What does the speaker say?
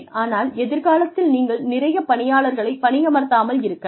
ஆனால் எதிர்காலத்தில் நீங்கள் நிறைய பணியாளர்களை பணியமர்த்தாமல் இருக்கலாம்